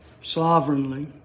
sovereignly